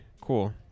cool